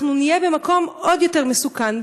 אנחנו נהיה במקום עוד יותר מסוכן,